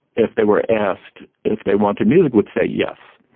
if they were asked if they wanted music would say yes.